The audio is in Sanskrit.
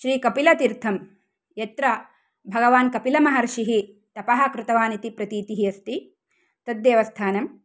श्रीकपिलतीर्थं यत्र भगवान् कपिलमहर्षिः तपः कृतवान् इति प्रतीतिः अस्ति तद्देवस्थानं